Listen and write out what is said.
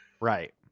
right